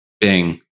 Bing